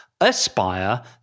aspire